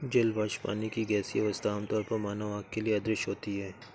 जल वाष्प, पानी की गैसीय अवस्था, आमतौर पर मानव आँख के लिए अदृश्य होती है